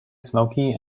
smokey